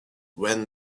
when